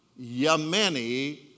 Yemeni